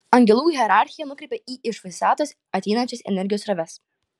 angelų hierarchija nukreipia į iš visatos ateinančias energijos sroves